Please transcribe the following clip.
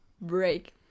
break